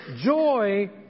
joy